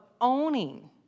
owning